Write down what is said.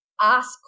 ask